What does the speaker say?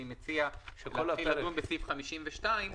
אני מציע שנתחיל לדון בסעיף 52,